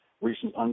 recent